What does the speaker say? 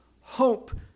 hope